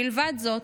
מלבד זאת,